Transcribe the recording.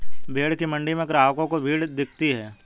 भेंड़ की मण्डी में ग्राहकों की भीड़ दिखती है